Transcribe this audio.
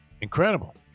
Incredible